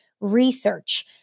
research